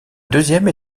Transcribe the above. deuxième